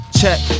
check